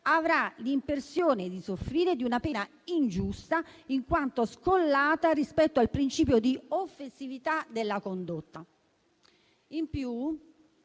avrà l'impressione di soffrire di una pena ingiusta, in quanto scollata rispetto al principio di offensività della condotta. In più,